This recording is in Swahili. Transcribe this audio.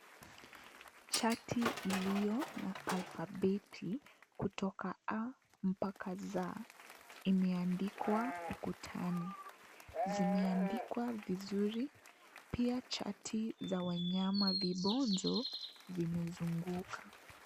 Chati ilio na alfabeti kutoka Aa mpaka Zz imeandikwa ukutani zimeandikwa vizuri pia chati za wanyama vibonzo vimezuguka.